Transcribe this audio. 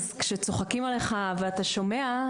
אז כשצוחקים עליך ואתה שומע,